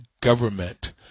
government